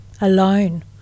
alone